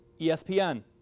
ESPN